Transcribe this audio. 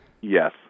Yes